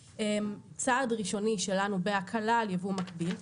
צעד ראשוני שלנו בהקלה על יבוא מקביל,